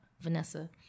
vanessa